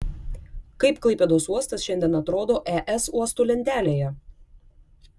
kaip klaipėdos uostas šiandien atrodo es uostų lentelėje